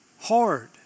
hard